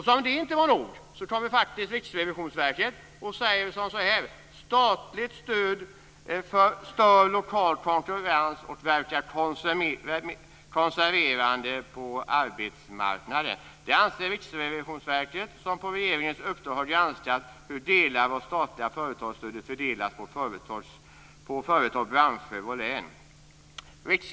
Som det inte vore nog så kommer faktiskt Riksrevisionsverket och säger så här: "Statligt stöd stör lokal konkurrens och verkar konserverande på arbetsmarknaden. Det anser Riksrevisionsverket som på regeringens uppdrag har granskat hur delar av det statliga företagsstödet fördelas på företag, branscher och län.